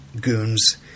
goons